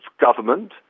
government